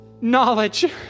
knowledge